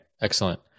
excellent